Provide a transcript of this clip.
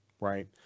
right